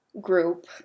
group